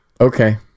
Okay